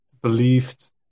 believed